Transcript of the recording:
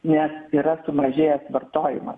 nes yra sumažėjęs vartojimas